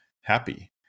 happy